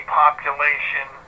population